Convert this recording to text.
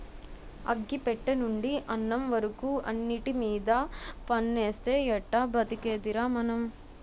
అగ్గి పెట్టెనుండి అన్నం వరకు అన్నిటిమీద పన్నేస్తే ఎట్టా బతికేదిరా మనం?